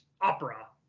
opera